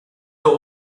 that